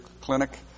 Clinic